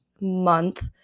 month